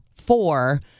four